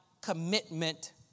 commitment